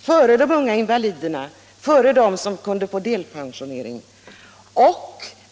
för de unga invaliderna och även före delpensioneringsfrågan.